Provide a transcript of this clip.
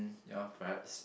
ya perhaps